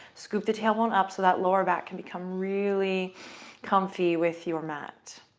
scoop the tailbone up, so that lower back can become really comfy with your mat.